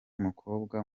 mukobwa